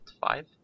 five